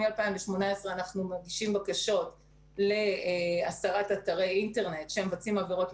מ-2018 אנחנו מגישים בקשות להסרת אתרי אינטרנט שמבצעים עבירות.